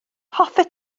hoffet